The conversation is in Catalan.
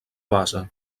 base